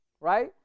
right